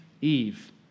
Eve